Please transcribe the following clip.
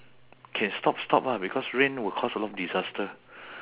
can stop stop ah because rain will cause a lot of disaster